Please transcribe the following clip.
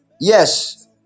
Yes